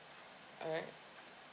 alright